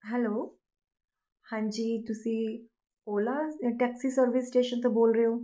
hello ਹਾਂਜੀ ਤੁਸੀਂ Ola taxi service station ਤੋਂ ਬੋਲ ਰਹੇ ਹੋ